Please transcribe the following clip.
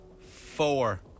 Four